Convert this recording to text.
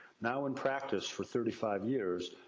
now in practice for thirty five years,